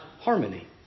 harmony